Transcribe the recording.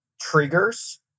triggers